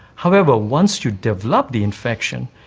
however, once you develop the infection,